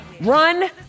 run